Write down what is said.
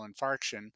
infarction